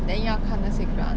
then 又要看那些 grant